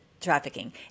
trafficking